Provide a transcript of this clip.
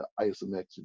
isometric